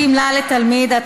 גמלה לתלמיד),